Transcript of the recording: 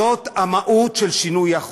זאת המהות של שינוי החוק.